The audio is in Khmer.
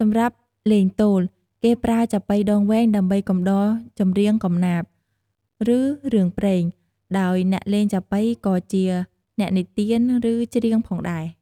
សម្រាប់លេងទោល គេប្រើចាប៉ីដងវែងដើម្បី កំដរចម្រៀងកំណាព្យ ឬរឿងព្រេង ដោយអ្នកលេងចាប៉ីក៏ជាអ្នកនិទាន ឬច្រៀងផងដែរ។